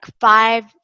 five